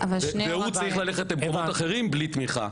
והוא צריך ללכת למקומות אחרים ללא תמיכה,